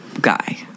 guy